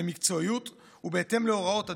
במקצועיות ובהתאם להוראות הדין.